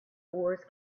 wars